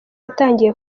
yatangiye